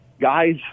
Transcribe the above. guys